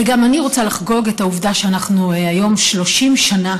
וגם אני רוצה לחגוג את העובדה שאנחנו היום 30 שנה